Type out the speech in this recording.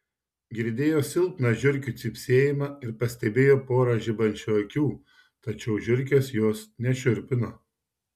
girdėjo silpną žiurkių cypsėjimą ir pastebėjo porą žibančių akių tačiau žiurkės jos nešiurpino